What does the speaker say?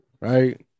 right